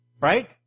Right